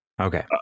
Okay